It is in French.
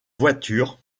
voiture